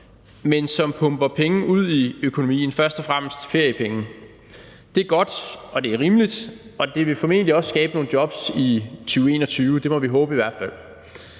men som pumper penge ud i økonomien, først og fremmest feriepenge. Det er godt, og det er rimeligt, og det vil formentlig også skabe nogle jobs i 2021; det må vi i hvert fald